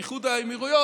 עם איחוד האמירויות